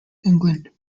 england